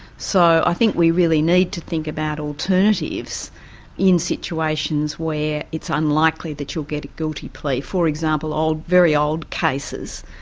so, i think we really need to think about alternatives in situations where it's unlikely that you'll get a guilty plea. for example, old, very old cases,